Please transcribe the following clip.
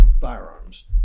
firearms